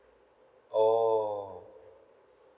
oh